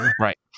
right